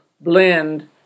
blend